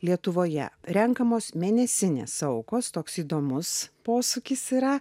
lietuvoje renkamos mėnesinės aukos toks įdomus posūkis yra